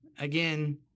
Again